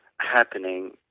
happening